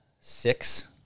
six